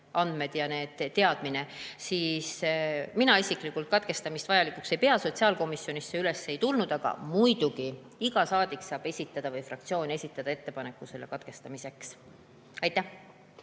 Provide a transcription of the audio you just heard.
andmed ja see teadmine, siis mina isiklikult katkestamist vajalikuks ei pea. Sotsiaalkomisjonis see üles ei tulnud, aga muidugi saab iga saadik või fraktsioon esitada ettepaneku katkestamiseks. Heiki